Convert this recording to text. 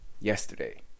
yesterday